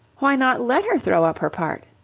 why not let her throw up her part?